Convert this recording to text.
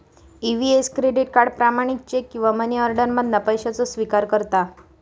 EVS credit card, प्रमाणित cheque किंवा money order मधना पैशाचो स्विकार करता